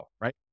right